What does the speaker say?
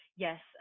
Yes